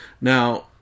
Now